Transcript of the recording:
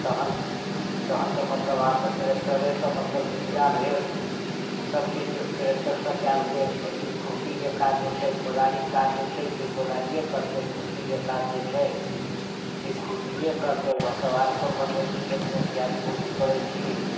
तखन तखन तऽ मतलब आब ट्रेक्टरेसँ मतलब जोतिया भेल सभ चीज ट्रेक्टरसँ कयल गेल लेकिन खुरपीके काज जे छै कोदारिक काज जे छै से कोदारिए करतै खुरपीके काज जे छै से खुरपीए करतै हमसभ आड़ि कोन बनबैत छी खेतमे क्यारी पौटी करैत छी